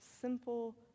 simple